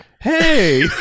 Hey